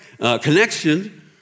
connection